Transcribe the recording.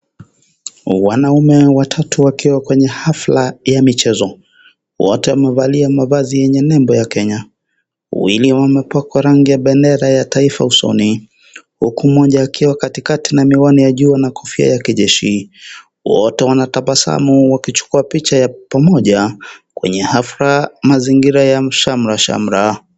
Wanaume watatu wakiwa kwenye hafla ya michezo, wote wamevalia mavazi yenye nembo ya Kenya, wawili wamepakwa rangi ya bendera ya taifa usoni huku mmoja akiwa katikati na miwani ya jua na kofia ya kijeshi, wote wanatabasamu wakichukua picha ya pamoja kwenye hafla mazingira ya shamrashamra.